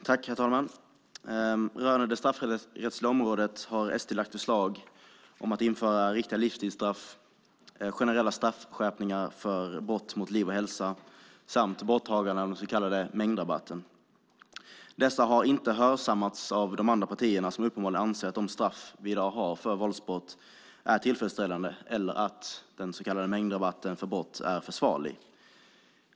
Herr talman! Rörande det straffrättsliga området har SD lagt fram förslag om införande av riktiga livstidsstraff, generella straffskärpningar för brott mot liv och hälsa samt borttagande av den så kallade mängdrabatten. Dessa har inte hörsammats av de andra partierna, som uppenbarligen anser att de straff vi i dag har för våldsbrott är tillfredsställande och att den så kallade mängdrabatten för brott är försvarlig.